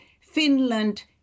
Finland